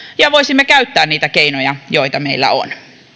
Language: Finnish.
ja että voisimme käyttää niitä keinoja joita meillä on